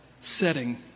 setting